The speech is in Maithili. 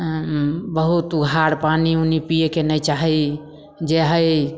बहुत उघार पानि उनि पिएके नहि चाही जे हइ